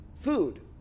food